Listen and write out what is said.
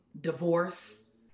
divorce